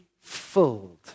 filled